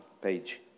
page